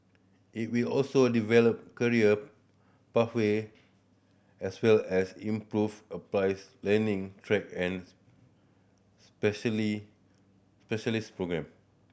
it will also develop career pathway as well as improve applies learning track and specialist programme